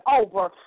over